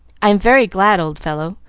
i'm very glad, old fellow.